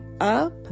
up